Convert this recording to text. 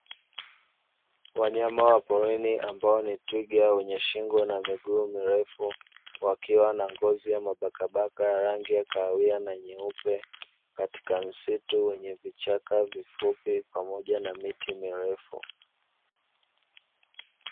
Wanyama wa porini ambao ni twiga wenye shingo na miguu mirefu, wakiwa na ngozi ya mabakabaka ya rangi ya kahawia na nyeupe, katika msitu wenye vichaka vifupi pamoja na miti mirefu.